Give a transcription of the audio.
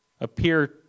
appear